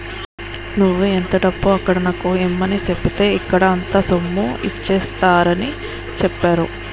నువ్వు ఎంత డబ్బు అక్కడ నాకు ఇమ్మని సెప్పితే ఇక్కడ నాకు అంత సొమ్ము ఇచ్చేత్తారని చెప్పేరు